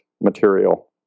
material